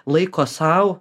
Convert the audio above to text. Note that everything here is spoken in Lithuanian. laiko sau